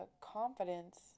confidence